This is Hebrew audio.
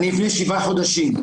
לפני שבעה חודשים,